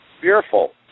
Fearful